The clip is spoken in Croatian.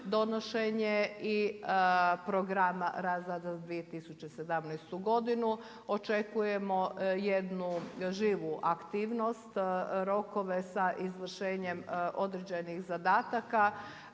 donošenje i programa razvoja za 2017. godinu. Očekujemo jednu živu aktivnost, rokove sa izvršenjem određenih zadataka,